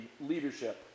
leadership